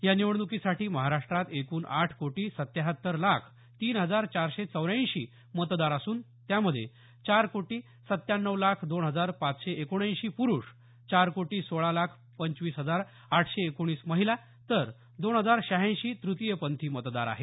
या निवडणुकीसाठी महाराष्ट्रात एकूण आठ कोटी सत्त्याहत्तर लाख तीन हजार चारशे चौऱ्यांऐंशी मतदार असून त्यामध्ये चार कोटी सत्तावन्न लाख दोन हजार पाचशे एकोणऐंशी प्रुष चार कोटी सोळा लाख पंचवीस हजार आठशे एकोणीस महिला तर दोन हजार शहाऐंशी तृतीयपंथी मतदार आहेत